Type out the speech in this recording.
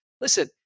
listen